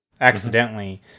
accidentally